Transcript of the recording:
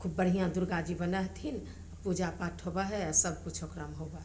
खूब बढ़िआँ दुरगाजी बनै हथिन पूजा पाठ होबै हइ आओर सबकिछु ओकरामे होबै हइ